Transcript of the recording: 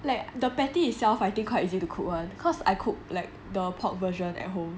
like the patty itself I think quite easy to cook [one] cause I cook like the pork version at home